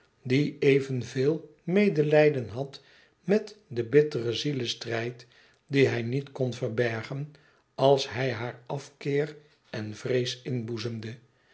die evenveel medelijden had met den bitteren zielestrijd dien hij niet kon verbergen als hij haar afkeer en vrees inboezemde